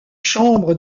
chambre